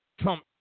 Trump